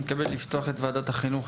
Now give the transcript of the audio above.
אני מתכבד לפתוח את ועדת החינוך,